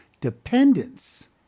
dependence